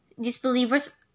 disbelievers